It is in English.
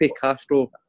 Castro